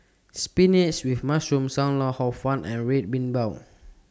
Spinach with Mushroom SAM Lau Hor Fun and Red Bean Bao